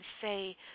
say